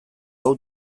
hau